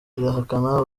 irahakana